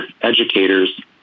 educators